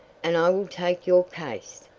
and i will take your case.